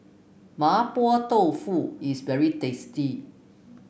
Mapo Tofu is very tasty